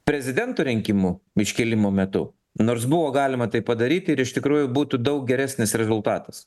prezidento rinkimų iškėlimo metu nors buvo galima tai padaryti ir iš tikrųjų būtų daug geresnis rezultatas